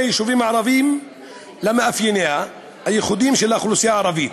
היישובים הערביים למאפייניה הייחודיים של האוכלוסייה הערבית,